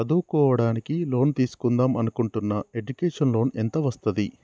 చదువుకోవడానికి లోన్ తీస్కుందాం అనుకుంటున్నా ఎడ్యుకేషన్ లోన్ ఎంత వస్తది?